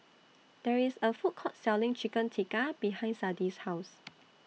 There IS A Food Court Selling Chicken Tikka behind Sadie's House